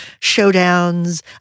showdowns